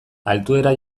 altuera